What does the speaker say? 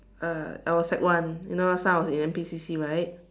uh I was sec one you know last time I was in N_P_C_C right